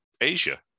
Asia